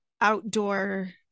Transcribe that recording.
outdoor